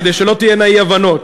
כדי שלא תהיינה אי-הבנות,